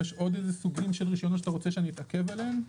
יש עוד סוגים של רישיונות שאתה רוצה שאתעכב עליהם?